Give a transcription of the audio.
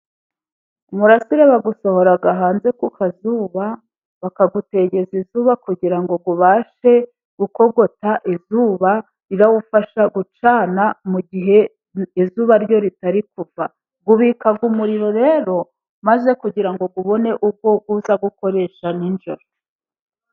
Umurasire bagusohora hanze ku kazuba; bakagutegeza izuba kugira ngo ubashe gukogota izuba riwufasha gucana mu gihe izuba ryo ritari kuva, ubikaga umuriro rero maze kugira ngo ubone uko uza gukoreshwa nijoro.